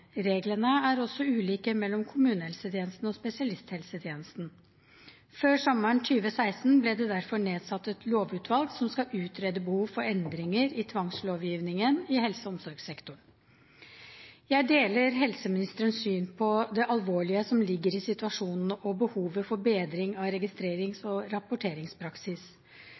Reglene er også ulike mellom kommunehelsetjenesten og spesialisthelsetjenesten. Før sommeren 2016 ble det derfor nedsatt et lovutvalg som skal utrede behovet for endringer i tvangslovgivningen i helse- og omsorgssektoren. Jeg deler helseministerens syn på det alvorlige som ligger i situasjonen, og behovet for bedring av registrerings- og rapporteringspraksis.